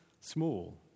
small